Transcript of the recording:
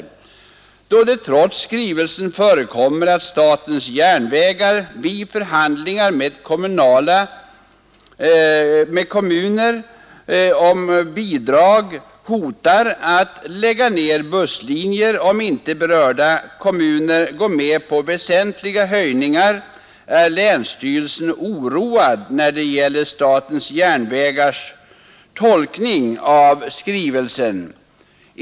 Då det trots skrivelsen förekommer att statens järnvägar vid förhandlingar om kommunala bidrag hotar att lägga ned busslinjer om inte berörda kommuner går med på väsentliga höjningar är länsstyrelsen oroad när det gäller statens järnvägars tolkning av skrivelsen.